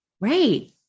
Right